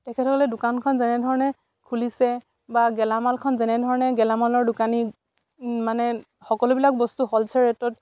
তেখেতসকলে দোকানখন যেনেধৰণে খুলিছে বা গেলামালখন যেনেধৰণে গেলামালৰ দোকানী মানে সকলোবিলাক বস্তু হ'লচেল ৰেটত